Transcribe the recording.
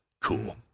cool